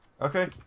Okay